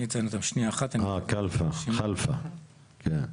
אה כלפה, כן.